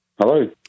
Hello